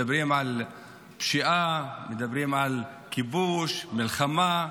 מדברים על פשיעה, מדברים על כיבוש, על מלחמה.